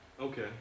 Okay